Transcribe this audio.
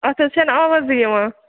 اَتھ حظ چھَنہٕ آوازٕے یِوان